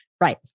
Right